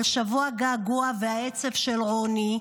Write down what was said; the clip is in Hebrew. על שבוע הגעגוע והעצב של רוני,